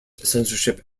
censorship